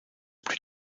plus